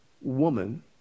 woman